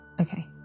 okay